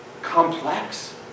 complex